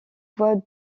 voie